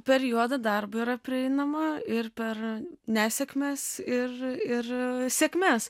per juodą darbą yra prieinama ir per nesėkmes ir ir sėkmes